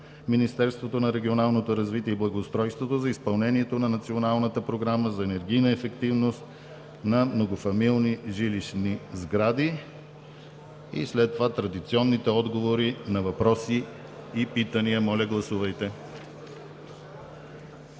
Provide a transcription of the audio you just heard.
Министерството на регионалното развитие и благоустройството за изпълнението на Националната програма за енергийна ефективност на многофамилни жилищни сгради. Следват традиционните отговори на въпроси и питания. Моля, гласувайте.